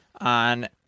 on